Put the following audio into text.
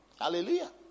Hallelujah